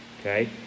okay